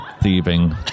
thieving